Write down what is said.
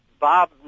Bob